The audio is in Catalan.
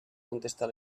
contestar